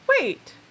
wait